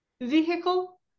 vehicle